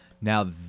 Now